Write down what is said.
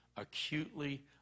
Acutely